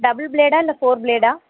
double ப்ளேடா இல்லை four ப்ளேடா